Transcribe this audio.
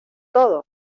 todo